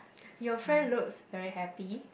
your friend looks very happy